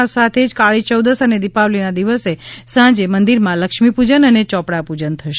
આ સાથે જ કાળીચૌદશ અને દીપાવલીના દિવસે સાંજે મંદિરમાં લક્મીચંપૂજન અને ચોપડાપૂજન થશે